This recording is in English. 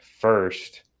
first